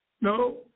No